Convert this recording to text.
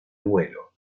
vuelo